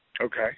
Okay